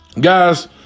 Guys